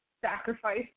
sacrifice